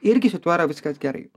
irgi su tuo yra viskas gerai